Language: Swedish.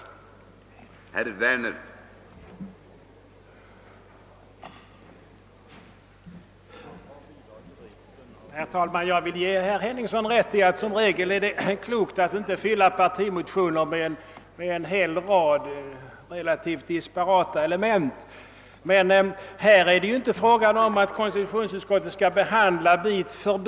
Åtgärder för att fördjupa och stärka det svenska folkstyret